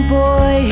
boy